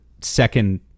second